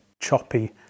choppy